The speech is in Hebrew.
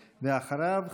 ואחריו,